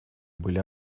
были